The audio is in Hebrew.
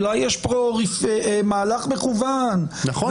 אולי יש פה מהלך מכוון --- נכון,